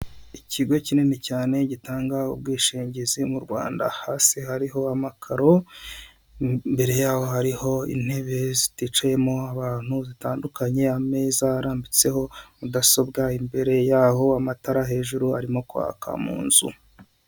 Ikigo kinini cyane gitanga ubwishingizi mu rwanda hasi hariho amakaro mbere yaho hariho intebe ziticayemo, abantu zitandukanye, ameza arambitseho mudasobwa imbere yaho amatara hejuru arimo kwaka mu nzu.